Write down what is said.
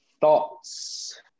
Thoughts